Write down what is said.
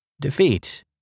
Defeat